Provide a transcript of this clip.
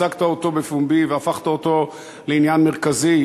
הצגת אותו בפומבי והפכת אותו לעניין מרכזי?